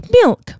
milk